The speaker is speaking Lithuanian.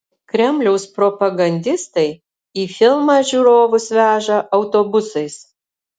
kremliaus propagandistai į filmą žiūrovus veža autobusais